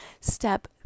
Step